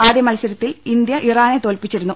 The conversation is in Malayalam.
ആദ്യമത്സരത്തിൽ ഇന്ത്യ ഇറാനെ തോൽപ്പിച്ചിരുന്നു